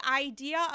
idea